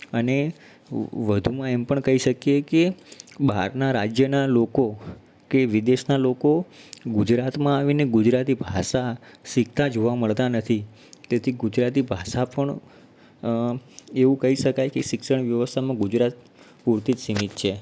અને વધુમાં એમ પણ કહી શકીએ કે બહારના રાજ્યના લોકો કે વિદેશના લોકો ગુજરાતમાં આવીને ગુજરાતી ભાષા શીખતા જોવા મળતા નથી તેથી ગુજરાતી ભાષા પણ એવું કહી શકાય કે શિક્ષણ વ્યવસ્થામાં ગુજરાત પુરતી જ સીમિત છે